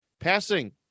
Passing